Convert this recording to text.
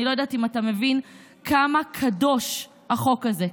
אני לא יודעת אם אתה מבין כמה קדוש החוק הזה,